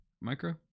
micro